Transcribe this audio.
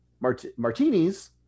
martinis